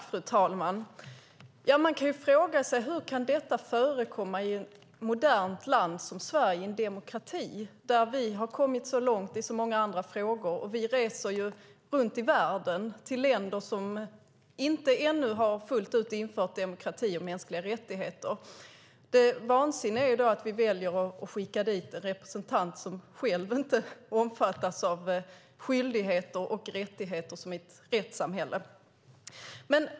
Fru talman! Man kan fråga sig hur detta kan förekomma i ett modernt land som Sverige, i en demokrati där vi har kommit så långt i så många andra frågor. Vi reser ju runt i världen till länder som ännu inte fullt ut har infört demokrati och mänskliga rättigheter. Det vansinniga är att vi väljer att skicka dit en representant som själv inte omfattas av skyldigheter och rättigheter som i ett rättssamhälle.